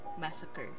Massacre